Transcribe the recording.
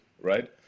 right